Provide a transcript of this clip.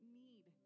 need